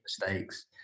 mistakes